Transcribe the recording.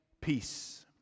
peace